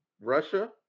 russia